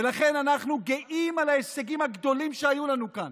ולכן אנחנו גאים על ההישגים הגדולים שהיו לנו כאן.